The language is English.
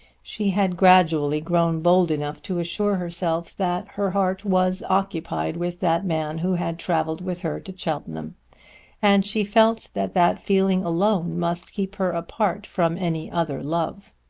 she had gradually grown bold enough to assure herself that her heart was occupied with that man who had travelled with her to cheltenham and she felt that that feeling alone must keep her apart from any other love.